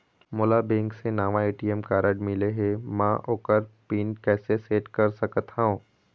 मोला बैंक से नावा ए.टी.एम कारड मिले हे, म ओकर पिन कैसे सेट कर सकत हव?